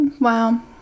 wow